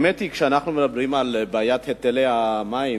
האמת היא שכשאנחנו מדברים על בעיית היטלי המים,